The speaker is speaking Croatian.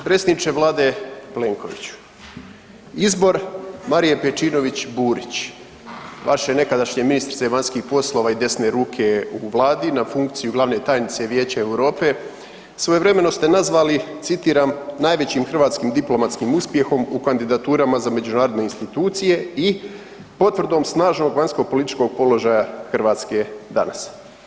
Predsjedniče vlade Plenkoviću, izbor Marije Pejčinović Burić, vaše nekadašnje ministrice vanjskih poslova i desne ruke u vladi na funkciju glavne tajnice Vijeća Europe, svojevremeno ste nazvali, citiram, najvećim hrvatskih diplomatskim uspjehom u kandidaturama za međunarodne institucije i potvrdom snažnog vanjskopolitičkog položaja Hrvatske danas.